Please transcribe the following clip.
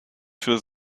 für